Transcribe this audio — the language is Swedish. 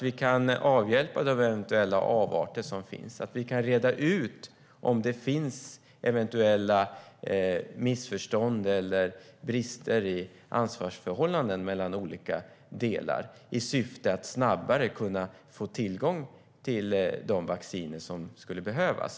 Vi kan avhjälpa de eventuella avarter som finns och reda ut om det finns eventuella missförstånd eller brister i ansvarsförhållanden mellan olika delar i syfte att snabbare kunna få tillgång till de vacciner som skulle behövas.